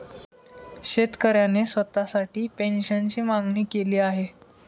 शेतकऱ्याने स्वतःसाठी पेन्शनची मागणी केली आहे